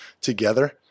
together